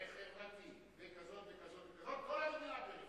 וחברתית וכזאת וכזאת וכזאת, כל המדינה פריפריה.